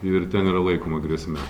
ir ten yra laikoma grėsme